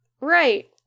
Right